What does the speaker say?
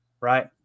right